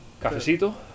cafecito